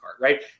right